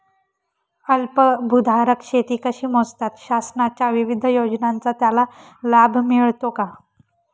अल्पभूधारक शेती कशी मोजतात? शासनाच्या विविध योजनांचा त्याला लाभ मिळतो का?